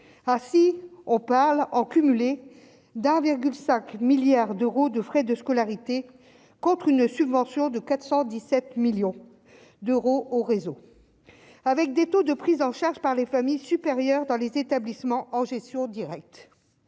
ah si on parle en cumulé d'environ 5 milliards d'euros de frais de scolarité contre une subvention de 417 millions d'euros au réseau, avec des taux de prise en charge par les familles supérieures dans les établissements en gestion directe,